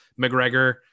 mcgregor